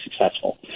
successful